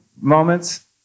moments